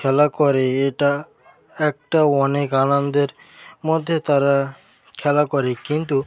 খেলা করে এটা একটা অনেক আনন্দের মধ্যে তারা খেলা করে কিন্তু